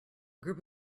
group